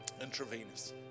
Intravenous